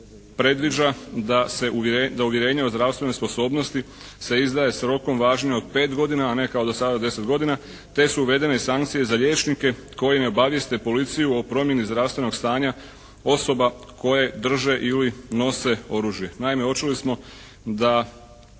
predviđa da uvjerenje o zdravstvenoj sposobnosti se izdaje s rokom važenja od pet godina, a ne kao do sada 10 godina, te su uvedene sankcije za liječnike koji ne obavijeste policiju o promjeni zdravstvenog stanja osoba koje drže ili nose oružje.